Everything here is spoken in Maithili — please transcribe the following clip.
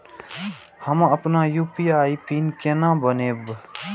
हम अपन यू.पी.आई पिन केना बनैब?